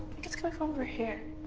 think it's coming from over here.